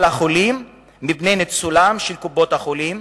החולים מפני ניצול על-ידי קופות-החולים,